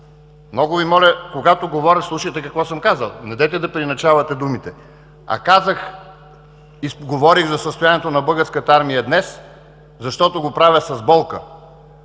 Много Ви моля, когато говоря, слушайте какво съм казал! Недейте да преиначавате думите. Казах и говорих за състоянието на Българската армия днес, защото го правя с болка.